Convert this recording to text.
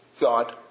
God